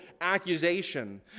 accusation